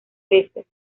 veces